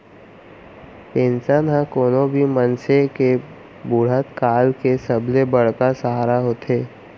pension ह कोनो भी मनसे के बुड़हत काल के सबले बड़का सहारा होथे